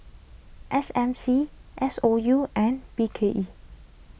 S M C S O U and B K E